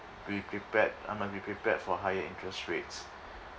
be prepared I must be prepared for higher interest rates